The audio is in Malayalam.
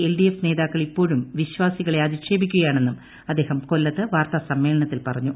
എൽഡിഎഫ് നേതാക്കൾ ഇപ്പോഴും വിശ്വാസികളെ അധിക്ഷേപിക്കുകയാണെന്നും അദ്ദേഹം കൊല്ലത്ത് വാർത്താ സമ്മേളനത്തിൽ പറഞ്ഞു